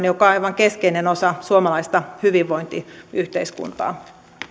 joka on aivan keskeinen osa suomalaista hyvinvointiyhteiskuntaa